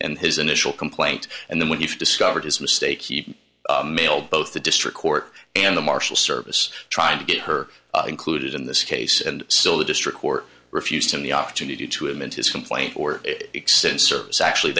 and his initial complaint and then when you discovered his mistake he mailed both the district court and the marshal service trying to get her included in this case and still the district court refused him the opportunity to him in his complaint or